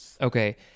Okay